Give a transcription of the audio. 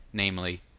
namely,